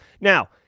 now